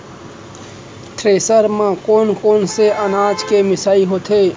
Thresher म कोन कोन से अनाज के मिसाई होथे?